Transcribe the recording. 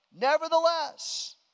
Nevertheless